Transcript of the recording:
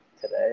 today